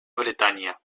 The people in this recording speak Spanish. bretaña